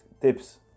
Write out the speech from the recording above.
tips